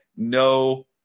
No